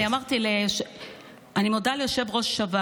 אני אגיד שהיושב-ראש זה רוטמן, אני רק הקראתי.